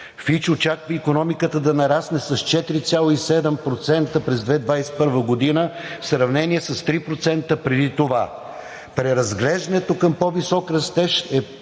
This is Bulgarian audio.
„Фич“ очаква икономиката да нарасне с 4,7% през 2021 г. в сравнение с 3% преди това. Преразглеждането към по-висок растеж е